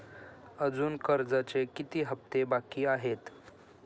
अजुन कर्जाचे किती हप्ते बाकी आहेत?